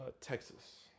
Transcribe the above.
Texas